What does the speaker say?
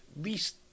least